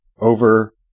over